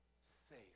safe